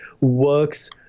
works